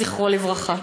זיכרונו לברכה.